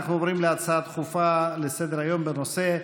אנחנו עוברים להצעה דחופה לסדר-היום מס' 41 בנושא: